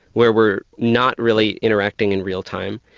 where we're not really interacting in real time,